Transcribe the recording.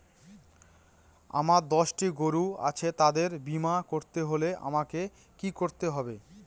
আমার দশটি গরু আছে তাদের বীমা করতে হলে আমাকে কি করতে হবে?